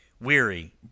weary